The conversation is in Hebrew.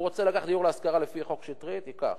הוא רוצה לקחת דיור להשכרה לפי חוק שטרית, ייקח.